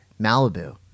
Malibu